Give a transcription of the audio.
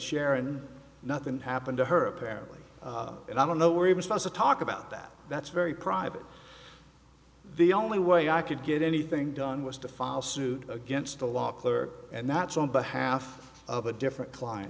sharon nothing happened to her apparently and i don't know were response to talk about that that's very private the only way i could get anything done was to file suit against the law clerk and that's on behalf of a different client